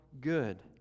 good